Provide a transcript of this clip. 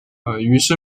于是